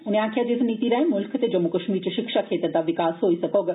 उनें गलाया ज इस नीति राएं मुल्ख त जम्मू कश्मीर च शिक्षा खत्तर दा विकास होई सकौग